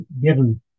given